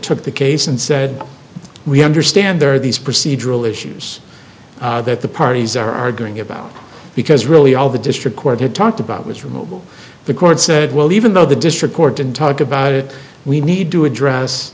took the case and said we understand there are these procedural issues that the parties are arguing about because really all the district court had talked about was for mobile the court said well even though the district court didn't talk about it we need to address